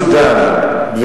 סודנים.